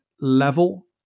level